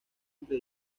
entre